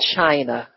China